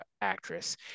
actress